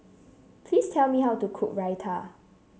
please tell me how to cook Raita